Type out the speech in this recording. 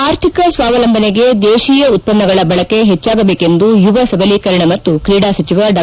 ಆರ್ಥಿಕ ಸ್ವಾವಲಂಬನೆಗೆ ದೇತಿಯ ಉತ್ಪನ್ನಗಳ ಬಳಕೆ ಹೆಚ್ಚಾಗಬೇಕೆಂದು ಯುವ ಸಬಲೀಕರಣ ಮತ್ತು ಕ್ರೀಡಾ ಸಚಿವ ಡಾ